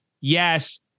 yes